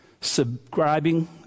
subscribing